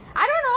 I don't know